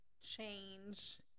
change